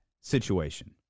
situation